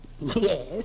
Yes